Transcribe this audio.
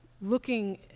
looking